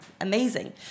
Amazing